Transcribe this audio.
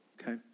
okay